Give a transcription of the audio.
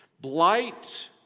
blight